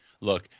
Look